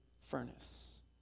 furnace